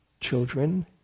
children